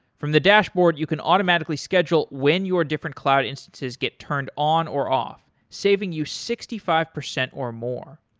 from the dashboard, you can automatically schedule when your different cloud instances get turned on or off, saving you sixty five percent or more.